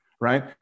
right